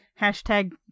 hashtag